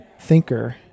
thinker